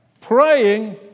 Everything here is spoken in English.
praying